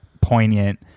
poignant